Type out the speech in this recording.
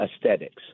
Aesthetics